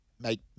make